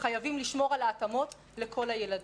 כשחייבים לשמור על ההתאמות לכל הילדים.